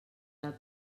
del